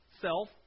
Self